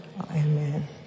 Amen